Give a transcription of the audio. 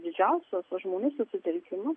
didžiausios žmonių susitelkimas